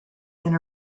and